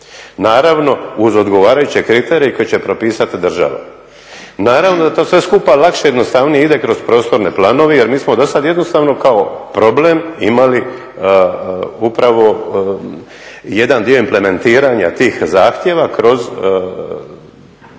naravno uz odgovarajuće kriterije koje će propisati država. Naravno da to sve skupa lakše i jednostavnije ide kroz prostorne planove jer mi smo do sada jednostavno kao problem imali upravo jedan dio implementiranja tih zahtjeva kroz planove